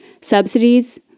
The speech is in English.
Subsidies